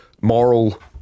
moral